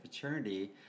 fraternity